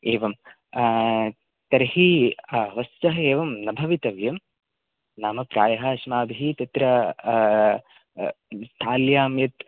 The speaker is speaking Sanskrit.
एवं तर्हि वस्तुतः एवं न भवितव्यं नाम प्रायः अस्माभिः तत्र स्थाल्यां यत्